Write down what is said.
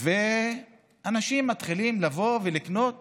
אנשים מתחילים לבוא ולקנות רגיל.